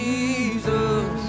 Jesus